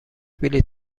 بلیط